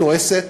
מתועשת,